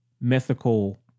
mythical